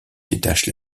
détachent